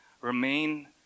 remain